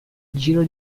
giro